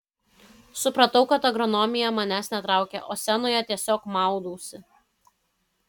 supratau kad agronomija manęs netraukia o scenoje tiesiog maudausi